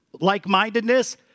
like-mindedness